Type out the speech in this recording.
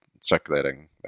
circulating